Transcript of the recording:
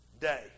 day